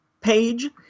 page